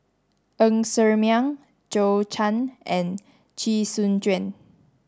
Ng Ser Miang Zhou Can and Chee Soon Juan